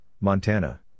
Montana